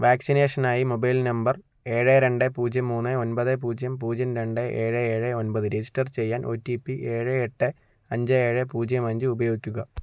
വാക്സിനേഷനായി mobile number ഏഴ് രണ്ട് പൂജ്യം മൂന്ന് ഒൻപത് പൂജ്യം പൂജ്യം രണ്ടു ഏഴ് ഏഴ് ഒൻപത് രജിസ്റ്റർ ചെയ്യാൻ ഒടിപി ഏഴ് എട്ട് അഞ്ച് ഏഴ് പൂജ്യം അഞ്ച് ഉപയോഗിക്കുക